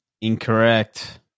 Incorrect